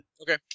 Okay